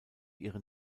ihren